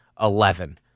eleven